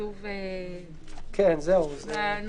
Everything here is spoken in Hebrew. שכתוב בנוסח.